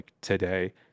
today